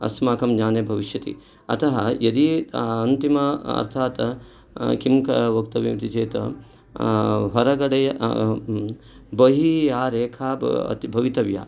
अस्माकं ज्ञाने भविष्यति अतः यदि अन्तिम अर्थात् किं वक्तव्यम् इति चेत् होरगडे बहिः या रेखा भवितव्या